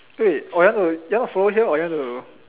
wait or you want to you want to follow here or you want to